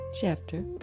chapter